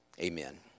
amen